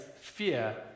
fear